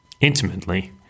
intimately